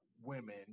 women